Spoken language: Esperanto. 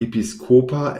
episkopa